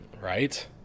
right